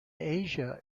asia